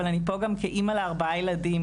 אבל אני פה גם כאימא לארבעה ילדים.